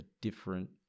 different